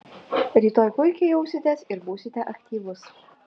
rytoj puikiai jausitės ir būsite aktyvus